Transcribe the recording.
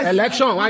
Election